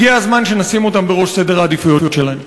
הגיע הזמן שנשים אותם בראש סדר העדיפויות שלנו.